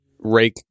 rake